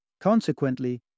Consequently